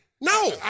No